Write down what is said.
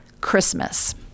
Christmas